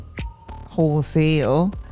wholesale